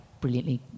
brilliantly